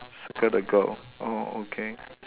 circle the girl oh okay